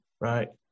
Right